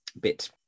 bit